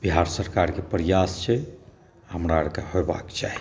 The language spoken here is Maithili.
बिहार सरकार के प्रयास छै हमराओरके हेबाक चाही